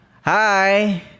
Hi